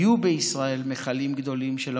היו בישראל מכלים גדולים של אמוניום,